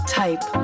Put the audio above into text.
type